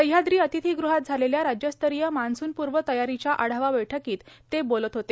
सहयाद्री अतिथिगृहात झालेल्या राज्यस्तरीय मान्सूनपूर्व तयारीच्या आढावा बैठकीत म्ख्यमंत्री बोलत होते